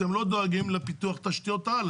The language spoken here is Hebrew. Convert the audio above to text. אתם לא דואגים לפיתוח תשתיות על.